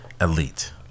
Elite